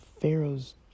Pharaoh's